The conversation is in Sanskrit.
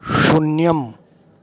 शून्यम्